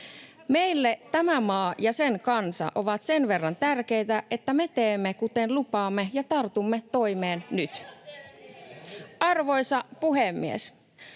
Meille tämä maa ja sen kansa ovat sen verran tärkeitä, että me teemme kuten lupaamme, ja tartumme toimeen nyt. [Välihuutoja